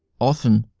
often,